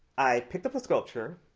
i picked up the sculpture,